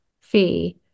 Fee